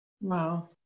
Wow